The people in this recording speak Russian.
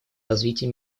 развития